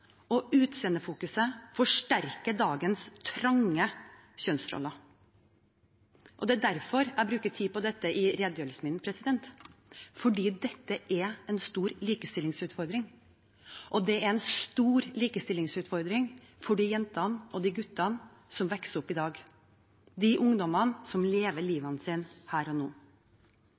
forsterker dagens trange kjønnsroller. Det er derfor jeg bruker tid på dette i redegjørelsen min. Dette er en stor likestillingsutfordring. Det er en stor likestillingsutfordring for de jentene og guttene som vokser opp i dag. Det er de ungdommene som lever livet sitt her og nå.